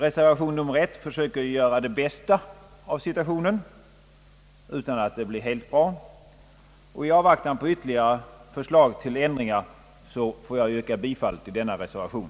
Reservation I försöker göra det bästa av situationen — utan att resultatet blir helt tillfredsställande — och i avvaktan på ytterligare förslag till ändringar får jag yrka bifall till denna reservation.